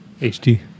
HD